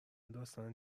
داستان